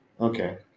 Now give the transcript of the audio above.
Okay